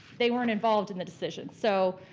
they weren't involved in the decision. so,